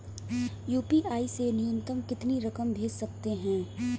UPI से न्यूनतम कितनी रकम भेज सकते हैं?